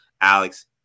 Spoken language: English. Alex